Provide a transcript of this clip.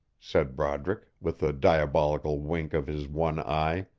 said broderick, with a diabolical wink of his one eye.